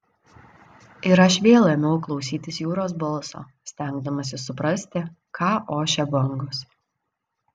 ir aš vėl ėmiau klausytis jūros balso stengdamasis suprasti ką ošia bangos